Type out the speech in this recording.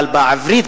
אבל בעברית,